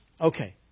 Okay